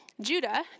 Judah